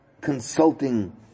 consulting